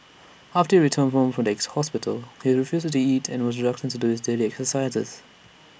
after he returned home from the ex hospital he refused to eat and was reluctant to do his daily exercises